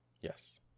Yes